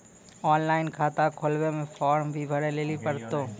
Online खाता खोलवे मे फोर्म भी भरे लेली पड़त यो?